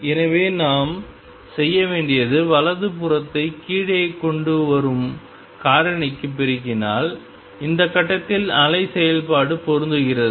எனவே நாம் செய்ய வேண்டியது வலது புறத்தை கீழே கொண்டு வரும் காரணிக்கு பெருக்கினால் இந்த கட்டத்தில் அலை செயல்பாடு பொருந்துகிறது